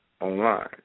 online